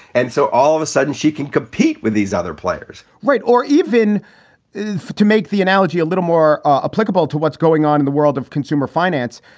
and so all of a sudden, she can compete with these other players right. or even even to make the analogy a little more ah applicable to what's going on in the world of consumer finance.